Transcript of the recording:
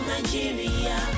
Nigeria